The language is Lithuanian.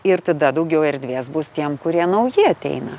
ir tada daugiau erdvės bus tiem kurie nauji ateina